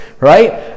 right